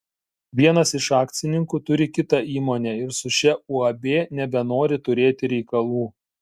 vienas iš akcininkų turi kitą įmonę ir su šia uab nebenori turėti reikalų